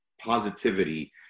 positivity